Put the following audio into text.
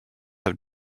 have